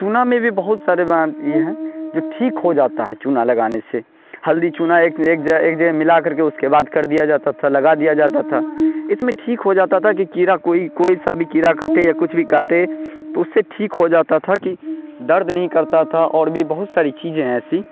چونا میں بھی بہت سارے یہ ہیں جو ٹھیک ہو جاتا ہے چونا لگانے سے ہلدی چونا ایک ایک ایک جگہ ملا کر کے اس کے بعد کر دیا جاتا تھا لگا دیا جاتا تھا اس میں ٹھیک ہو جاتا تھا کہ کیڑا کوئی کوئی سا بھی کیڑا کاٹے یا کچھ بھی کاٹے تو اس سے ٹھیک ہو جاتا تھا کہ درد نہیں کرتا تھا اور بھی بہت ساری چیزیں ہیں ایسی